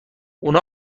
اونا